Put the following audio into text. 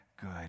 good